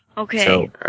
Okay